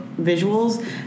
visuals